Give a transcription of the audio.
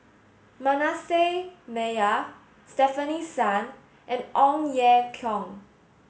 Manasseh Meyer Stefanie Sun and Ong Ye Kung